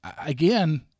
again